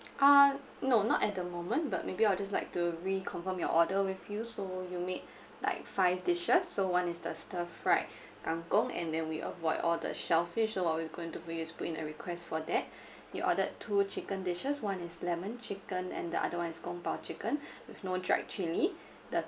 uh no not at the moment but maybe I'll just like to reconfirm your order with you so you made like five dishes so one is the stir fried kang kong and then we avoid all the shellfish so I'll be going to put in your request for that you ordered two chicken dishes one is lemon chicken and the other one is kung pao chicken with no dried chilli the